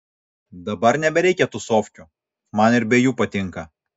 dabar nebereikia tūsovkių man ir be jų patinka